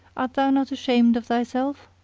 art thou not ashamed of thyself?